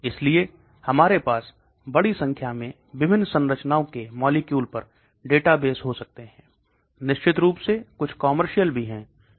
इसलिए हमारे पास बड़ी संख्या में विभिन्न संरचनाओं के मॉलिक्यूल पर डेटाबेस हो सकते हैं निश्चित रूप से कुछ कमर्शियल भी है